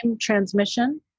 transmission